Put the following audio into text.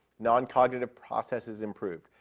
noncognitive processes improved.